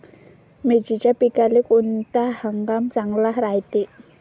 मिर्चीच्या पिकाले कोनता हंगाम चांगला रायते?